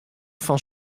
fan